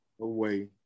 away